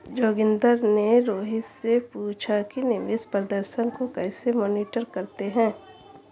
जोगिंदर ने रोहित से पूछा कि निवेश प्रदर्शन को कैसे मॉनिटर करते हैं?